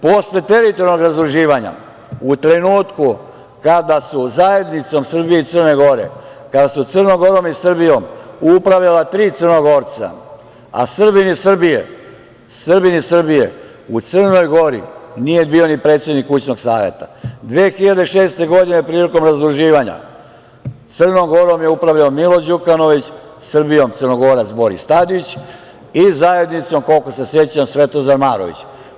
Posle teritorijalnog razdruživanja, u trenutku kada su Zajednicom Srbije i Crne Gore, kada su Crnom Gorom i Srbijom upravljala tri Crnogorca, a Srbin iz Srbije u Crnoj Gori nije bio ni predsednik kućnog saveta, 2006. godine, prilikom razdruživanja, Crnom Gorom je upravljao Milo Đukanović, Srbijom Crnogorac Boris Tadić i Zajednicom, koliko se sećam, Svetozar Marović.